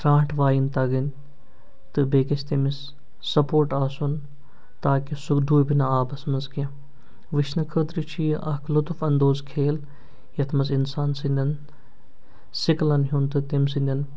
سرانٛٹھ وایِنۍ تَگٕنۍ تہٕ بیٚیہِ گژھِ تٔمِس سَپورٹ آسُن تاکہِ سُہ ڈوٗبہِ نہٕ آبَس منٛز کیٚنٛہہ وُچھنہٕ خٲطرٕ چھُ یہِ اَکھ لُطف انٛدوز کھیل یَتھ منٛز اِنسان سٕنٛدٮ۪ن سِکلَن ہُنٛد تہٕ تٔمۍ سٕنٛدٮ۪ن